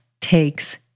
takes